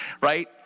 right